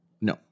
no